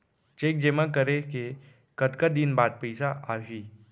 Cheque जेमा करें के कतका दिन बाद पइसा आप ही?